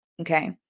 Okay